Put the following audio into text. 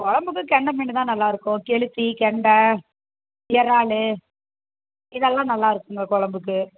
குழம்புக்கு கெண்டை மீன் தான் நல்லா இருக்கும் கெளுத்தி கெண்டை இறாலு இதெல்லாம் நல்லா இருக்குங்க குழம்புக்கு